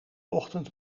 ochtend